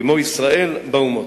כמו ישראל באומות.